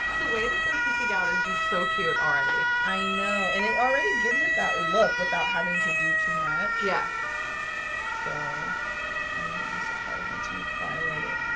the way that they're peeking out is just so cute already i know and already gives it that look without having to do too much. yeah so i wouldn't be surprised once you file at it